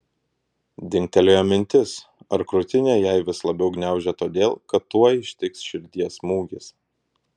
dingtelėjo mintis ar krūtinę jai vis labiau gniaužia todėl kad tuoj ištiks širdies smūgis